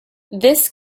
this